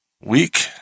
week